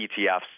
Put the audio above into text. ETFs